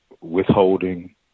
withholding